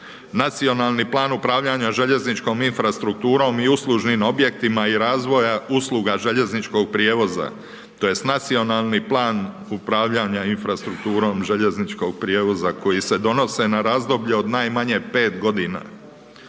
nacionalni plan upravljanja željezničkom infrastrukturom i uslužnim objektima i razvoja usluga željezničkog prijevoza, tj. nacionalni plan upravljanja infrastrukturom željezničkog prijevoza koji se donose na razdoblje od najmanje 5 g.